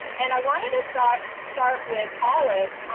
and i wanted to start start with hollis.